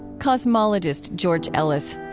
cosmologist george ellis.